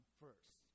first